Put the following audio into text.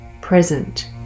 present